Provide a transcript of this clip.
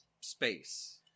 space